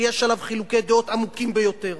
ויש עליו חילוקי דעות עמוקים ביותר.